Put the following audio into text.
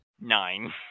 Nine